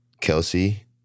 Kelsey